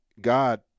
God